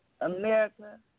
America